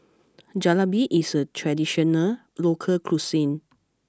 Jalebi is a traditional local cuisine